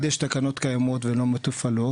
יש תקנות שלא מתופעלות,